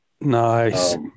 Nice